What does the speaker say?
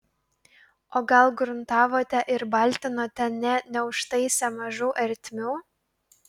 o gal gruntavote ir baltinote nė neužtaisę mažų ertmių